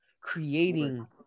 creating